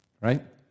Right